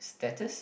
status